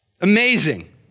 amazing